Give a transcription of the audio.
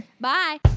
Bye